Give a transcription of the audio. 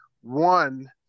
one